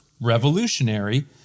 revolutionary